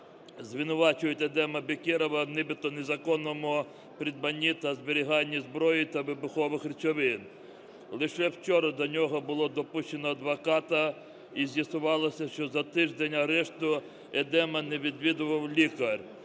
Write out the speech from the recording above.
звинувачують Едема Бекірова нібито у незаконному придбанні та зберіганні зброї та вибухових речовин. Лише вчора до нього було допущено адвоката і з'ясувалося, що за тиждень арешту Едема не відвідував лікар.